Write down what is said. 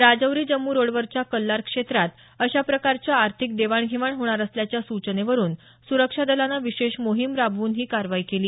Rajouri Jammu road वरच्या कल्लार क्षेत्रात अशा प्रकारच्या आर्थिक देवाण घेवाण होणार असल्याच्या सूचनेवरुन सुरक्षा दलानं विशेष मोहिम राबवून ही कारवाई केली